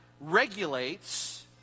regulates